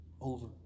over